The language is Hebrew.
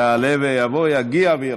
יעלה ויבוא, יגיע וירד.